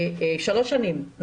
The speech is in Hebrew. שלוש שנים,